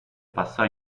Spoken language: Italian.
passò